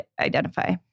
identify